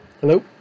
Hello